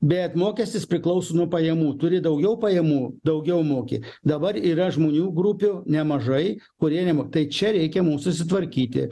bet mokestis priklauso nuo pajamų turi daugiau pajamų daugiau moki dabar yra žmonių grupių nemažai kurie nemo tai čia reikia mum susitvarkyti